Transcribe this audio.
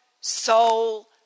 soul